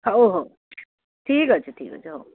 ହଉ ହଉ ଠିକ୍ ଅଛି ଠିକ୍ ଅଛି ହଉ